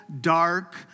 dark